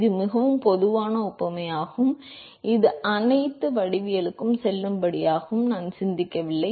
இது மிகவும் பொதுவான ஒப்புமையாகும் இது அனைத்து வடிவவியலுக்கும் செல்லுபடியாகும் நாம் சிந்திக்கவில்லை